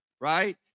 right